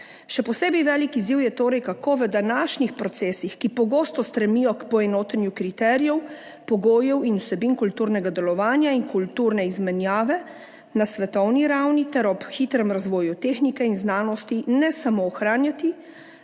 Še posebej velik izziv je torej, kako v današnjih procesih, ki pogosto stremijo k poenotenju kriterijev, pogojev in vsebin kulturnega delovanja in kulturne izmenjave na svetovni ravni ter ob hitrem razvoju tehnike in znanosti ne samo ohranjati,